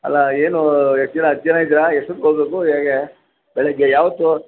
ಅಲ್ಲ ಏನು ಎಷ್ಟು ಜನ ಹತ್ತು ಜನ ಇದ್ದೀರ ಎಷ್ಟೊತ್ಗೆ ಹೋಗ್ಬೇಕು ಹೇಗೆ ಬೆಳಿಗ್ಗೆ ಯಾವತ್ತು